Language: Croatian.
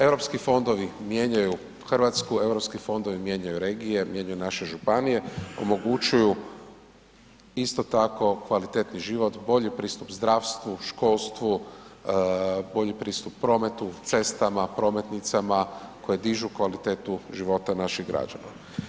Europski fondovi mijenjaju RH, Europski fondovi mijenjaju regije, mijenjaju naše županije, omogućuju isto tako kvalitetni život, bolji pristup zdravstvu, školstvu, bolji pristup prometu, cestama, prometnicama koje dižu kvalitetu života naših građana.